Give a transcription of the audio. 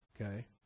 Okay